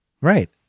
Right